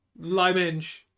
Liminge